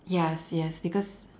yes yes because